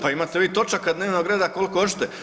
Pa imate vi točaka dnevnog reda koliko hoćete.